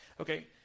okay